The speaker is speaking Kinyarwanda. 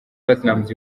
platnumz